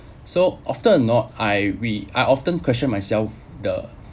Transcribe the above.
so often I we I often question myself the